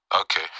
Okay